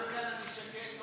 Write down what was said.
עד כאן אני שקט,